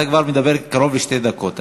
אתה כבר מדבר קרוב לשתי דקות.